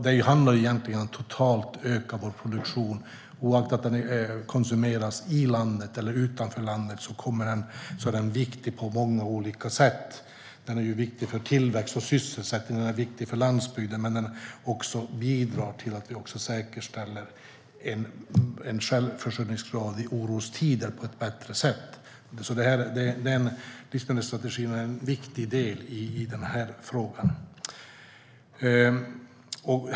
Det handlar egentligen om att öka vår totala produktion. Vare sig produktionen konsumeras i landet eller utanför landet är den viktig på många olika sätt. Den är viktig för tillväxt, för sysselsättning och för landsbygden samtidigt som den bidrar till att säkerställa en självförsörjningsgrad i orostider på ett bättre sätt. Livsmedelsstrategin är en viktig del i den här frågan.